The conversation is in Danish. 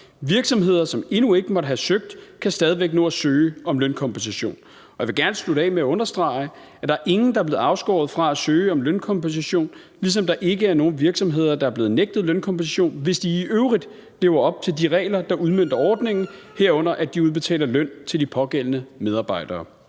Virksomheder, som endnu ikke måtte have søgt, kan stadig væk nå at søge om lønkompensation. Jeg vil gerne slutte af med at understrege, at der er ingen, der er blevet afskåret fra at søge om lønkompensation, ligesom der ikke er nogen virksomheder, der er blevet nægtet lønkompensation, hvis de i øvrigt lever op til de regler, der udmønter ordningen, herunder at de udbetaler løn til de pågældende medarbejdere.